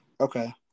Okay